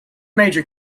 major